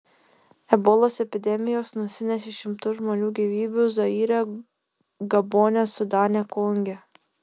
ebolos epidemijos nusinešė šimtus žmonių gyvybių zaire gabone sudane konge